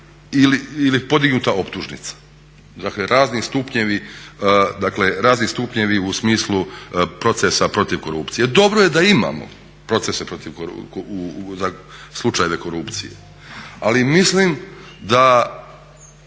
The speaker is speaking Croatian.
je podignuta optužnica, dakle razni stupnjevi u smislu procesa protiv korupcije. Dobro je da imamo slučajeve korupcije, ali mislim čak